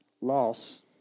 loss